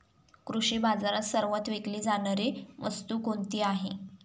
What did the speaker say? कृषी बाजारात सर्वात विकली जाणारी वस्तू कोणती आहे?